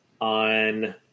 on